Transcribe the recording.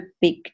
big